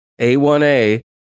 A1A